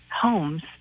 homes